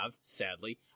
sadly